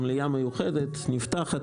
מליאה מיוחדת נפתחת,